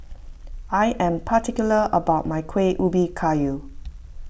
I am particular about my Kuih Ubi Kayu